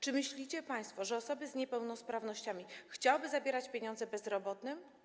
Czy myślicie państwo, że osoby z niepełnosprawnościami chciałyby zabierać pieniądze bezrobotnym?